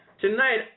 Tonight